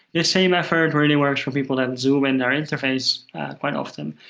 the same effort really works for people that and zoom in their interface quite often,